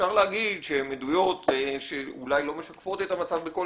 אפשר להגיד שהן עדויות שאולי לא משקפות את המצב בכל